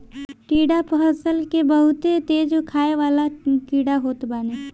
टिड्डा फसल के बहुते तेज खाए वाला कीड़ा होत बाने